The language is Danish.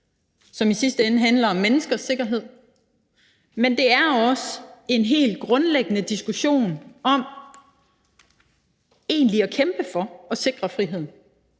som i sidste ende handler om menneskers sikkerhed. Det er også en helt grundlæggende diskussion om egentlig at kæmpe for at sikre friheden.